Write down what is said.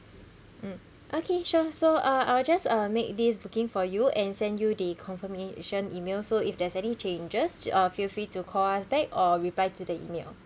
mm okay sure so uh I'll just uh make this booking for you and send you the confirmation email so if there is any changes uh feel free to call us back or reply to the email